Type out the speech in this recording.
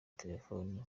telephone